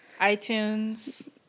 iTunes